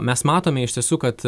mes matome iš tiesų kad